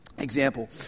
Example